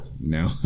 no